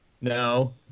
No